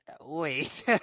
Wait